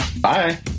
bye